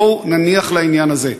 בואו נניח לעניין הזה.